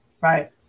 Right